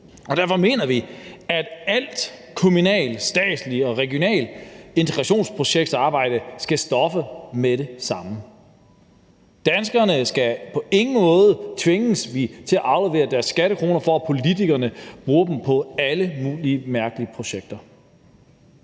Derfor mener vi, at alt kommunalt, statsligt og regionalt integrationsprojektarbejde skal stoppe med det samme. Danskerne skal på ingen måde tvinges til at aflevere deres skattekroner, for at politikerne kan bruge dem på alle mulige mærkelige projekter.